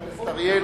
אדוני.